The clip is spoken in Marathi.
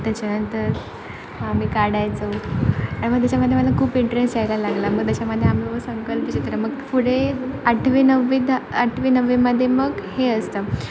त्याच्यानंतर आम्ही काढायचो आणि मग त्याच्यामध्ये मला खूप इंटरेस्ट यायला लागला मग त्याच्यामध्ये आम्ही मग संकल्पचित्र मग पुढे आठवी नववी दा आठवी नववीमध्ये मग हे असतं